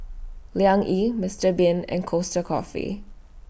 Liang Yi Mister Bean and Costa Coffee